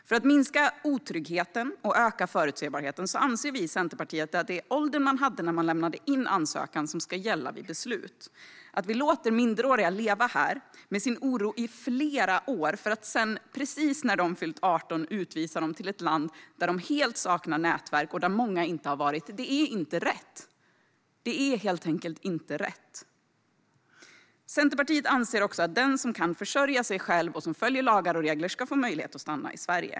För att minska otryggheten och öka förutsägbarheten anser vi i Centerpartiet att det är åldern man hade när man lämnade in ansökan som ska gälla vid beslut. Att vi låter minderåriga leva här med sin oro i flera år för att sedan, precis när de fyllt 18, utvisa dem till ett land där de helt saknar nätverk och där många inte har varit är helt enkelt inte rätt. Centerpartiet anser också att den som kan försörja sig själv och som följer lagar och regler ska få möjlighet att stanna i Sverige.